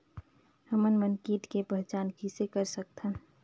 हमन मन कीट के पहचान किसे कर सकथन?